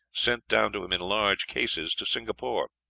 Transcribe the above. sent down to him in large cases to singapore.